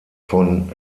von